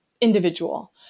individual